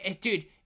dude